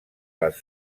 les